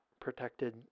protected